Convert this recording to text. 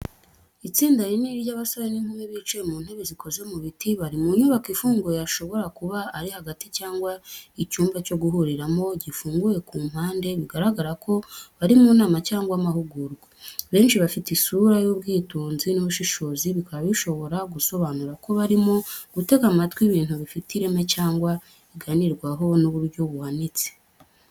Itsinda rinini ry’abasore n’inkumi bicaye mu ntebe z’ikoze mu biti, bari mu nyubako ifunguye, yashobora kuba ari hangari cyangwa icyumba cyo guhuriramo gifunguye ku mpande, bigaragara ko bari mu nama cyangwa amahugurwa. Benshi bafite isura y’ubwitonzi n’ubushishozi bikaba bishobora gusobanura ko barimo gutega amatwi ibintu bifite ireme cyangwa biganirwaho n’uburyo buhanitse.